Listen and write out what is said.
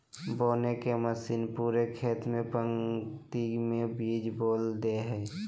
बोने के मशीन पूरे खेत में पंक्ति में बीज बो दे हइ